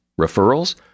Referrals